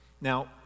Now